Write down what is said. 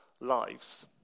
lives